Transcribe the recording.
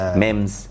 memes